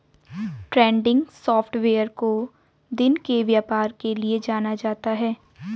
trending software को दिन के व्यापार के लिये जाना जाता है